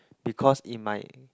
because it might